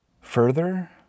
Further